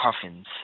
coffins